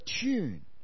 tune